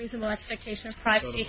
reasonable expectation of privacy